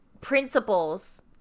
principles